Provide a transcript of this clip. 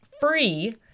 free